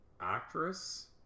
actress